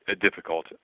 difficult